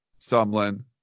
Sumlin